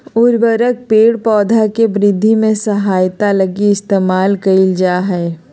उर्वरक पेड़ पौधा के वृद्धि में सहायता लगी इस्तेमाल कइल जा हइ